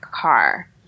car